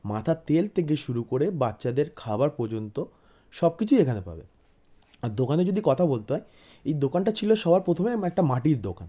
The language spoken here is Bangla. মাথার তেল থেকে শুরু করে বাচ্চাদের খাবার পোযন্ত সব কিছুই এখানে পাবেন আর দোকানে যদি কথা বলতে হয় এই দোকানটা ছিলো সবার প্রথমে একটা মাটির দোকান